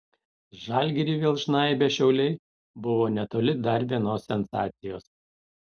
žalgirį vėl žnaibę šiauliai buvo netoli dar vienos sensacijos